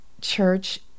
church